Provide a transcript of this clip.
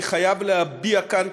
אני חייב להביע כאן,